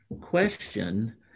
question